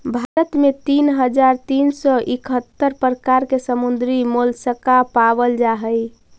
भारत में तीन हज़ार तीन सौ इकहत्तर प्रकार के समुद्री मोलस्का पाबल जा हई